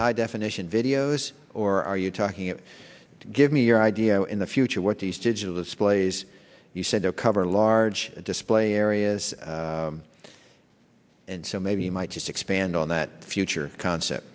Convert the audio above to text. high definition videos or are you talking it give me your idea in the future what these digital displays you said there cover large display areas so maybe you might just expand on that future